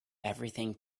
everything